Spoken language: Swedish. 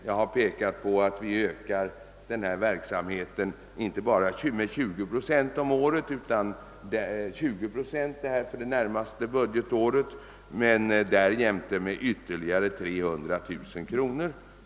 Jag vill påpeka att vi ökar denna verksamhet inte bara med 20 procent för det närmaste budgetåret utan därjämte med ytterligare 300 000 kronor.